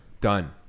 Done